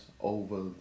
over